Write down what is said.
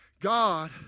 God